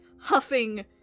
huffing